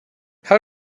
how